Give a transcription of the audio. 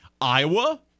Iowa